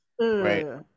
right